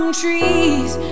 trees